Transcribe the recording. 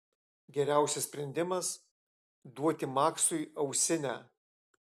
geriausias sprendimas duoti maksui ausinę